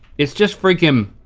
it's just freakin',